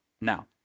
now